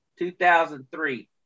2003